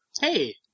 Hey